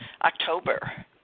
October